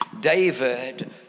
David